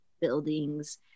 buildings